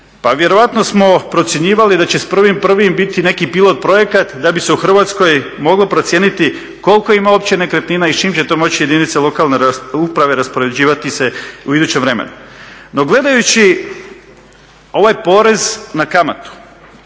pa vjerojatno smo procjenjivali da će s 1.1.biti neki pilot projekat da bi se u Hrvatskoj moglo procijeniti koliko ima uoće nekretnina i s čim se to moći jedinice lokalne samouprave raspoređivati se u idućem vremenu. No gledajući ovaj porez na kamatu,